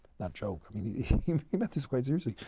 not joke, i mean he meant this quite seriously.